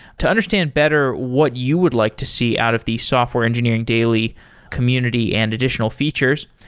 to understand better what you would like to see out of the software engineering daily community and additional features.